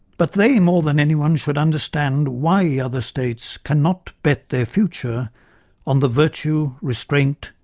but they, more than anyone, should understand why other states can not bet their future on the virtue, restraint,